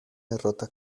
derrota